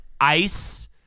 ice